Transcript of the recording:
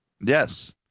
Yes